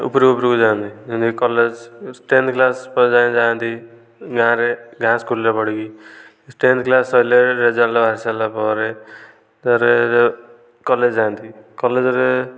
ଉପରକୁ ଉପରକୁ ଯାଆନ୍ତି ଯେମିତି କଲେଜ ଟେନଥ କ୍ଳାସ ପର୍ଯ୍ୟନ୍ତ ଯାଏ ଯାଆନ୍ତି ଗାଁ ରେ ଗାଁ ସ୍କୁଲରେ ପଢ଼ିକି ଟେନଥ କ୍ଳାସ ସରିଲେ ରେଜଲ୍ଟ ବାହାରିସାରିଲା ପରେ ତା'ପରେ କଲେଜ ଯାଆନ୍ତି କଲେଜରେ